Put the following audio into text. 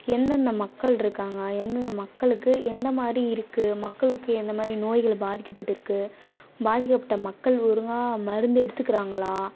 எந்தெந்த மக்களிருக்காங்க எந்தெந்த மக்களுக்கு எந்த மாதிரி இருக்குது மக்களுக்கு எந்த மாதிரி நோய்கள் பாதிக்கப்பட்டிருக்கு பாதிக்கப்பட்ட மக்கள் ஒழுங்கா மருந்து எடுத்துக்கிறாங்களா